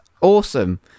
awesome